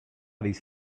these